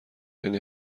یعنی